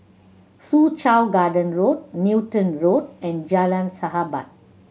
Soo Chow Garden Road Newton Road and Jalan Sahabat